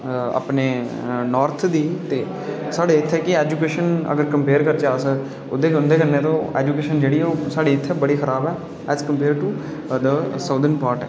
अपने नॉर्थ दी ते इत्थै कि साढ़े ऐजुकेशन अगर कम्पेअर करचै अस उं'दे कन्नै ते ओह् साढ़ी ऐजुकेशन बड़ी खराब ऐ as compare to southern part